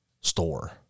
store